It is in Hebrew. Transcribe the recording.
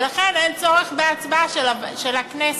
ולכן אין צורך בהצבעה של הכנסת.